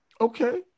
Okay